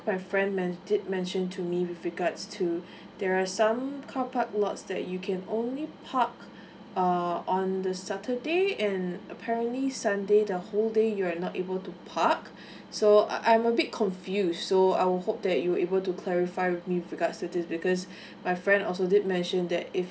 my friend men~ did mention to me with regard to there are some carpark lots that you can only park uh on the saturday and apparently sunday the whole day you're not able to park so I I'm a bit confused so I would hope that you'll able to clarify with me with regard to this because my friend also did mention that if